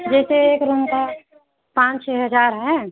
जैसे एक रूम का पाँच छः हजार है